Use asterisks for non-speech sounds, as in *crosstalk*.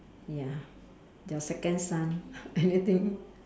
ya their second son *laughs* anything